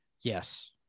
Yes